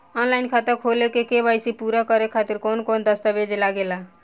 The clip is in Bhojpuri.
आनलाइन खाता खोले में के.वाइ.सी पूरा करे खातिर कवन कवन दस्तावेज लागे ला?